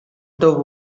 the